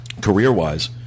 career-wise